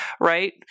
right